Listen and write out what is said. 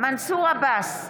מנסור עבאס,